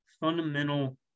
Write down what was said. fundamental